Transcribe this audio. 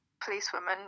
policewoman